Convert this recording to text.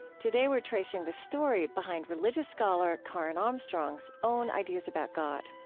today we're tracing the story behind religious scholar karen armstrong's own ideas about god.